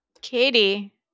Katie